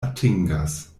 atingas